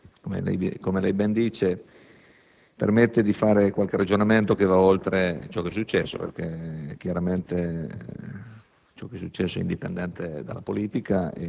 questa interrogazione, come lei ben dice, permette di fare qualche ragionamento che va oltre ciò che è successo, che chiaramente